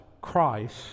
Christ